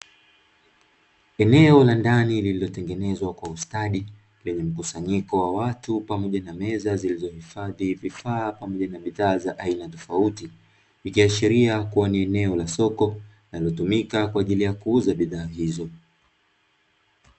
Eneo la ndani lililotengenezwa kwa ustadi, lenye mkusanyiko wa watu pamoja na meza zilizohifadhi vifaa pamoja na bidhaa za aina tofauti. Likiashiria kuwa ni eneo la soko linalotumika kwa ajili ya kuuza bidhaa hizo.